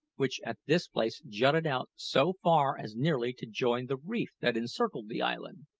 which at this place jutted out so far as nearly to join the reef that encircled the island.